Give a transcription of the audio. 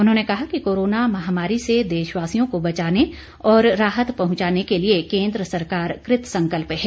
उन्होंने कहा है कि कोरोना महामारी से देशवासियों को बचाने व राहत पहुंचाने के लिए केंद्र सरकार कृतसंकल्प है